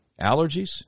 Allergies